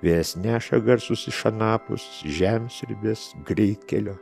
vėjas neša garsus iš anapus žemsiurbės greitkelio